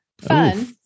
fun